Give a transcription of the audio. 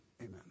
Amen